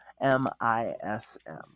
M-I-S-M